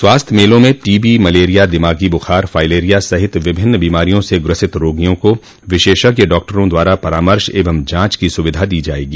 स्वास्थ्य मेलों में टीबी मलेरिया दिमागी बुखार फाइलेरिया सहित विभिन्न बीमारियों से ग्रसित रोगियों को विशेषज्ञ डॉक्टरों द्वारा परामर्श एव जांच की सुविधा दी जायेगी